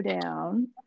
down